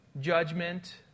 judgment